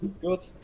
good